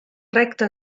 recte